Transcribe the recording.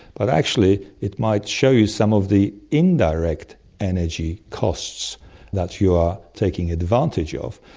but actually it might show you some of the indirect energy costs that you are taking advantage of.